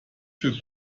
für